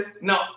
no